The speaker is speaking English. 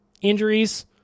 Injuries